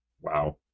Wow